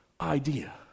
idea